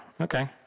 okay